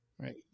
Right